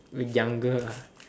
when younger ah